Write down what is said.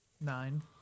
Nine